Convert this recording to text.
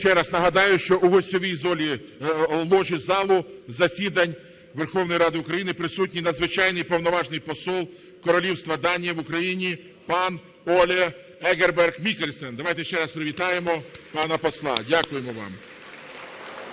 ще раз нагадаю, що у гостьовій ложі залу засідань Верховної Ради України присутній Надзвичайний і Повноважний Посол Королівства Данії в Україні пан Олє Егберг Міккельсен. Давайте ще раз привітаємо пана посла. Дякуємо вам.